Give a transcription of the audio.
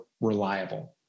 reliable